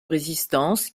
résistance